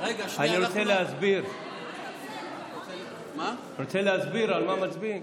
אני רוצה להסביר על מה מצביעים.